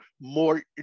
more